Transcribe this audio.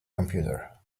computer